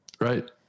Right